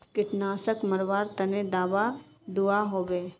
कीटनाशक मरवार तने दाबा दुआहोबे?